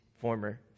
former